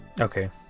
Okay